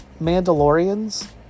Mandalorians